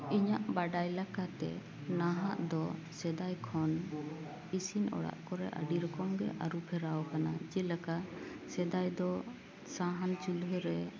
ᱤᱧᱟᱹᱜ ᱵᱟᱰᱟᱭ ᱞᱮᱠᱟᱛᱮ ᱱᱟᱦᱟᱜ ᱫᱚ ᱥᱮᱫᱟᱭ ᱠᱷᱚᱱ ᱤᱥᱤᱱ ᱚᱲᱟᱜ ᱠᱚᱨᱮ ᱟᱹᱰᱤ ᱨᱚᱠᱚᱢ ᱜᱮ ᱟᱹᱨᱩᱯᱷᱮᱨᱟᱣ ᱟᱠᱟᱱᱟ ᱡᱮᱞᱮᱠᱟ ᱥᱮᱫᱟᱭ ᱫᱚ ᱥᱟᱦᱟᱱ ᱪᱩᱞᱦᱟᱹ ᱨᱮ